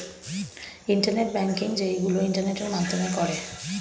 internet banking যেইগুলো ইন্টারনেটের মাধ্যমে করে